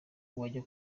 wajya